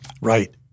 Right